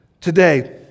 Today